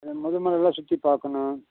ஆ முதுமலையெல்லாம் சுற்றி பார்க்கணும்